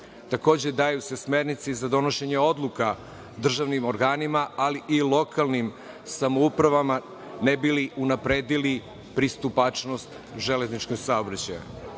daju se smernice za donošenje odluka državnim organima i lokalnim samoupravama, ne bi li unapredili pristupačnost železničkog saobraćaja,